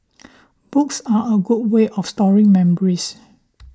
books are a good way of storing memories